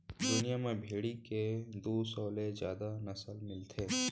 दुनिया म भेड़ी के दू सौ ले जादा नसल मिलथे